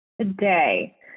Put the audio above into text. Today